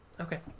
Okay